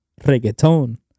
reggaeton